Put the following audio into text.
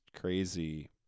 crazy